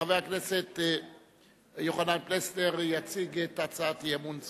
חבר הכנסת יוחנן פלסנר יציג הצעת אי-אמון זו.